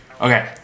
Okay